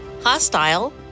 hostile